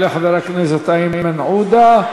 יעלה חבר הכנסת איימן עודה,